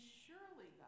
surely